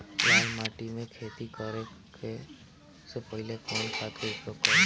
लाल माटी में खेती करे से पहिले कवन खाद के उपयोग करीं?